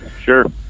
Sure